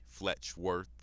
Fletchworth